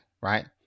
right